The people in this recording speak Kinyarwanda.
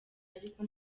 ariko